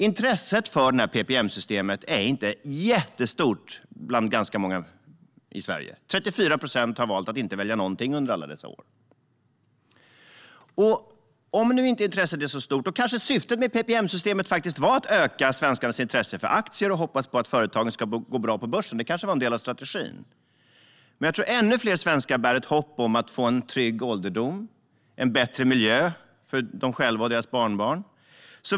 Intresset för PPM-systemet hos ganska många i Sverige är inte jättestort - 34 procent har valt att inte välja någonting under alla dessa år. Eftersom intresset inte är så stort kanske syftet med PPM-systemet var att öka svenskarnas intresse för aktier och hoppas att företagen ska gå bra på börsen. Det kanske var en del av strategin. Men jag tror att ännu fler svenskar bär ett hopp om att få en trygg ålderdom och en bättre miljö för sig själva och sina barnbarn.